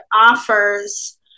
offers